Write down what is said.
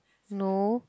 no